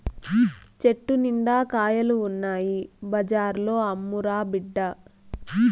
చెట్టు నిండా కాయలు ఉన్నాయి బజార్లో అమ్మురా బిడ్డా